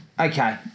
Okay